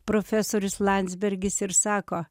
profesorius landsbergis ir sako